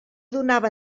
donava